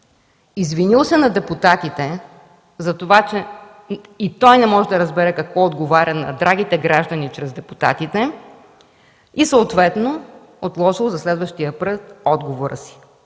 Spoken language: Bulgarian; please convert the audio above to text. Извинил се на депутатите за това, че и той не може да разбере какво отговаря на драгите граждани чрез депутатите, и съответно отложил за следващия път отговора си.